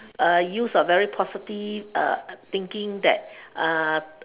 uh use a very positive uh thinking that uh